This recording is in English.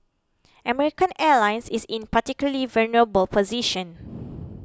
American Airlines is in a particularly vulnerable position